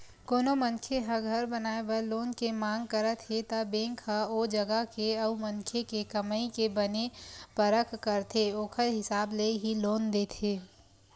कोनो मनखे ह घर बनाए बर लोन के मांग करत हे त बेंक ह ओ जगा के अउ मनखे के कमई के बने परख करथे ओखर हिसाब ले ही लोन देथे